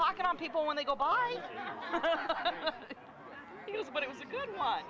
hard on people when they go by but it was a good one